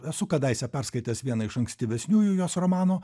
esu kadaise perskaitęs vieną iš ankstyvesniųjų jos romanų